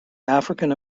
african